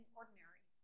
ordinary